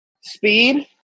speed